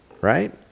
right